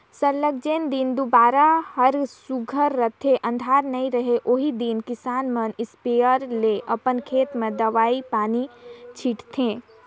सरलग जेन दिन दुरा हर सुग्घर रहथे अंधार नी रहें ओही दिन किसान मन इस्पेयर ले अपन खेत में दवई पानी छींचथें